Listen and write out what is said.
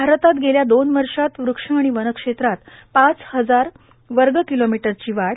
भारतात गेल्या दोन वर्षात वृक्ष आणि वनक्षेत्रात पाच हजार वर्ग किलोमीटरची वाढ